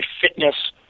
fitness